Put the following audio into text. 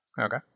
Okay